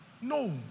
No